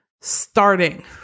starting